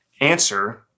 answer